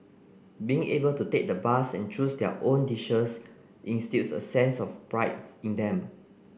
being able to take the bus and choose their own dishes instils a sense of pride in them